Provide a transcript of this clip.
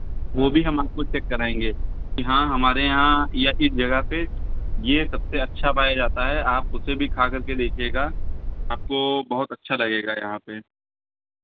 वो भी हम आपको चेक कराएँगे कि हाँ हमारे यहाँ या इस जगह पे ये सबसे अच्छा पाया जाता है आप उसे भी खाकर के देखिएगा आपको बहुत अच्छा लगेगा यहाँ पे